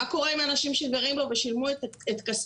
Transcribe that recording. מה קורה עם האנשים שגרים בו ושילמו את כספם?